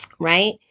right